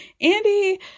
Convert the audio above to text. Andy